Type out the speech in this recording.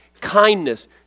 kindness